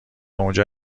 اونجا